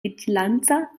vigilanza